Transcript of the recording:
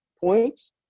points